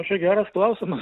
čia geras klausimas